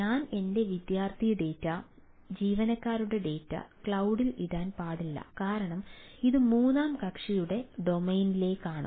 ഞാൻ എന്റെ വിദ്യാർത്ഥി ഡാറ്റ ജീവനക്കാരുടെ ഡാറ്റ ക്ലൌഡിൽ ഇടാൻ പാടില്ല കാരണം ഇത് മൂന്നാം കക്ഷിയുടെ ഡൊമെയ്നിലാണ്